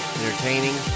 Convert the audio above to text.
entertaining